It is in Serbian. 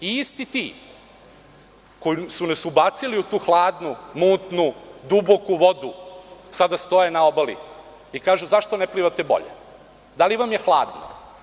Isti ti, koji su nas ubacili u tu hladnu, mutnu, duboku vodu, sada stoje na obali i kažu – zašto ne plivate bolje, da li vam je hladno?